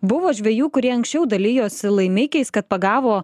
buvo žvejų kurie anksčiau dalijosi laimikiais kad pagavo